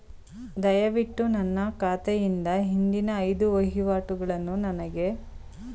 ದಯವಿಟ್ಟು ನನ್ನ ಖಾತೆಯಿಂದ ಹಿಂದಿನ ಐದು ವಹಿವಾಟುಗಳನ್ನು ನನಗೆ ತೋರಿಸಿ